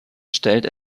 stellt